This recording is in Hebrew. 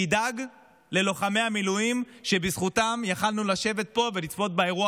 שתדאג ללוחמי המילואים שבזכותם יכולנו לשבת פה ולצפות באירוע